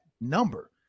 number